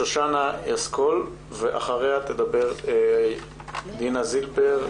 שושנה יסקול ואחריה תדבר דינה זילבר,